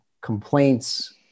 complaints